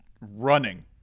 running